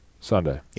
Sunday